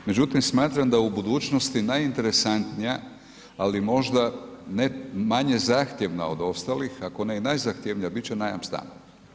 Međutim, smatram da u budućnosti najinteresantnija, ali možda ne manje zahtjevna od ostalih, ako ne i najzahtjevnija, bit će najam stana.